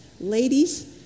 Ladies